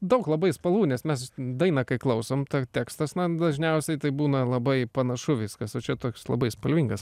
daug labai spalvų nes mes dainą kai klausom tekstas na dažniausiai tai būna labai panašu viskas o čia toks labai spalvingas